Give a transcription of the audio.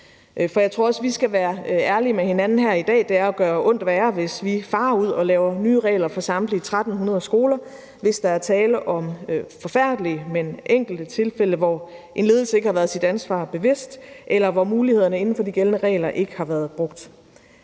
ind. Jeg tror også, at vi skal være ærlige med hinanden her i dag. Det er at gøre ondt værre, hvis vi farer ud og laver nye regler for samtlige 1.300 skoler, hvis der er tale om forfærdelige, men enkelte tilfælde, hvor en ledelse ikke har været sit ansvar bevidst, eller hvor mulighederne inden for de gældende regler ikke har været brugt.